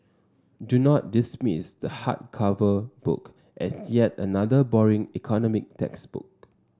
do not dismiss the hardcover book as yet another boring economic textbook